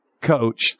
coach